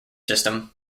system